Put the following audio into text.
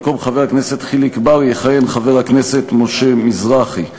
במקום חבר הכנסת חיליק בר יכהן חבר הכנסת משה מזרחי.